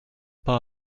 pas